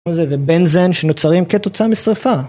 ובנזן שנוצרים כתוצאה מסריפה.